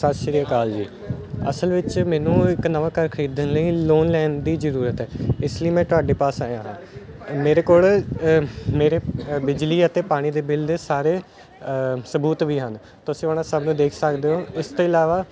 ਸਤਿ ਸ਼੍ਰੀ ਅਕਾਲ ਜੀ ਅਸਲ ਵਿੱਚ ਮੈਨੂੰ ਇੱਕ ਨਵਾਂ ਘਰ ਖਰੀਦਣ ਲਈ ਲੋਨ ਲੈਣ ਦੀ ਜ਼ਰੂਰਤ ਹੈ ਇਸ ਲਈ ਮੈਂ ਤੁਹਾਡੇ ਪਾਸ ਆਇਆ ਹਾਂ ਮੇਰੇ ਕੋਲ ਮੇਰੇ ਬਿਜਲੀ ਅਤੇ ਪਾਣੀ ਦੇ ਬਿੱਲ ਦੇ ਸਾਰੇ ਸਬੂਤ ਵੀ ਹਨ ਤੁਸੀਂ ਉਹਨਾਂ ਸਭ ਨੂੰ ਦੇਖ ਸਕਦੇ ਹੋ ਇਸ ਤੋਂ ਇਲਾਵਾ